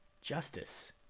justice